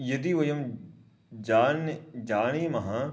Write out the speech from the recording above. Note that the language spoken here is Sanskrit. यदि वयं जाने जानीमः